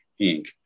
Inc